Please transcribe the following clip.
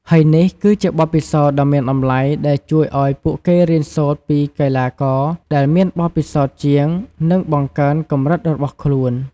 ហើយនេះគឺជាបទពិសោធន៍ដ៏មានតម្លៃដែលជួយឱ្យពួកគេរៀនសូត្រពីកីឡាករដែលមានបទពិសោធន៍ជាង និងបង្កើនកម្រិតរបស់ខ្លួន។